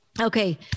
okay